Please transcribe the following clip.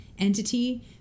Entity